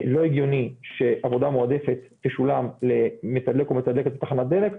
לא הגיוני שעבודה מועדפת תשולם למתדלק או מתדלקת בתחנת דלק,